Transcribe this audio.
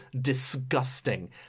disgusting